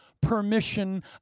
permission